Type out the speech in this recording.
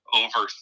over